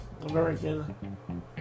American